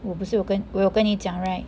我不是有跟我跟你讲 right